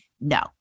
No